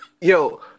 Yo